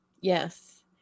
Yes